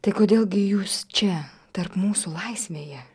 tai kodėl gi jūs čia tarp mūsų laisvėje